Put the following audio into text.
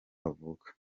avuka